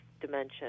dimension